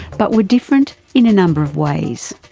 but were different in a number of ways.